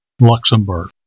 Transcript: Luxembourg